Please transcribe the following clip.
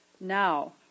Now